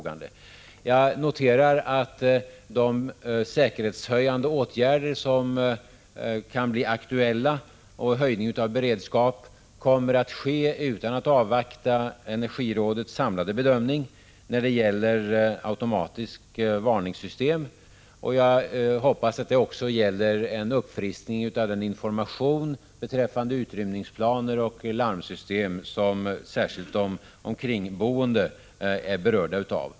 Jag noterar att de säkerhetshöjande åtgärder som kan bli aktuella och höjning av beredskapen kommer att genomföras utan att man avvaktar energirådets samlade bedömning när det gäller automatiska varningssystem. Jag hoppas att det också gäller ett uppfriskande av den information beträffande utrymningsplaner och larmsystem som särskilt de kringboende är berörda av.